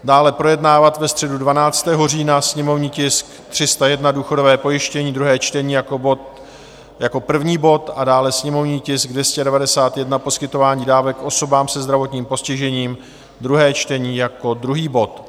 Dále projednávat ve středu 12. října sněmovní tisk 30, důchodové pojištění, druhé čtení, jako první bod, a dále sněmovní tisk 291, poskytování dávek osobám se zdravotním postižením, druhé čtení, jako druhý bod.